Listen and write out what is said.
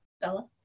Bella